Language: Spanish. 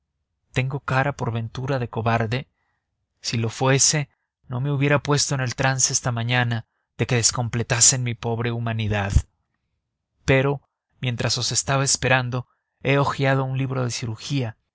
tengo cara por ventura de cobarde si lo fuese no me hubiera puesto en el trance esta mañana de que me descompletasen mi pobre humanidad pero mientras os estaba esperando he hojeado un libro de cirugía